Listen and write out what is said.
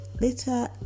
later